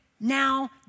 now